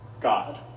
God